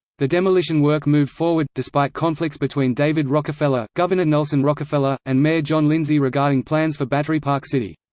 the demolition work moved forward, despite conflicts between david rockefeller, governor nelson rockefeller, and mayor john lindsay regarding plans for battery park city.